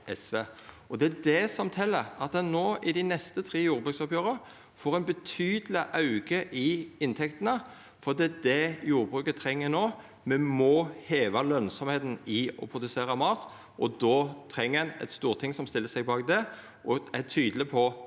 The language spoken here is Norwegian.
Det er det som tel: at ein i dei neste tre jordbruksoppgjera får ein betydeleg auke i inntektene, for det er det jordbruket treng no. Me må heva lønsemda i å produsera mat, og då treng ein eit storting som stiller seg bak det og er tydeleg på målet om